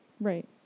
Right